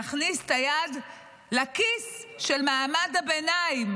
נכניס את היד לכיס של מעמד הביניים.